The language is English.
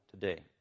today